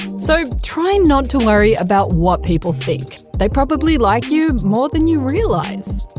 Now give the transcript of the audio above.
so, try and not to worry about what people think they probably like you more than you realise!